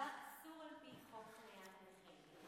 הדבר אסור על פי חוק חניית הנכים.